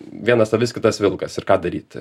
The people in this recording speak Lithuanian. vienas avis kitas vilkas ir ką daryti